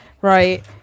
right